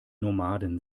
nomaden